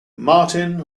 martin